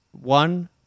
one